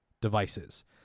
devices